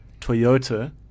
Toyota